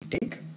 take